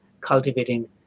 Cultivating